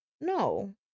No